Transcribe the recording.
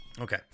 okay